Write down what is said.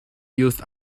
used